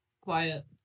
quiet